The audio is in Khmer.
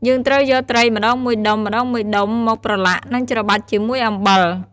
យើងត្រូវយកត្រីម្ដងមួយដុំៗមកប្រឡាក់ និងច្របាច់ជាមួយអំបិល។